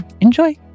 Enjoy